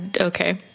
okay